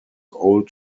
old